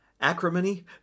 acrimony